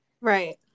Right